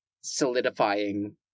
solidifying